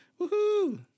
Woohoo